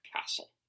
Castle